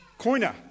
koina